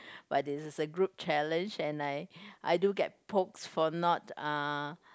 but this is group challenge and I I do get pokes for not uh